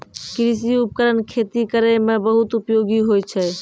कृषि उपकरण खेती करै म बहुत उपयोगी होय छै